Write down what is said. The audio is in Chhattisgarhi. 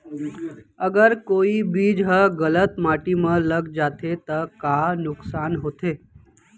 अगर कोई बीज ह गलत माटी म लग जाथे त का नुकसान होथे?